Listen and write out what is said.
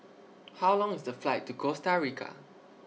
How Long IS The Flight to Costa Rica